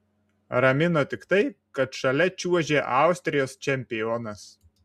ramino tik tai kad šalia čiuožė austrijos čempionas